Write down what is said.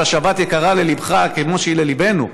שהשבת יקרה לליבך כמו שהיא לליבנו,